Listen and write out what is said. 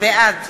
בעד